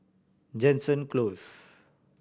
Jansen Close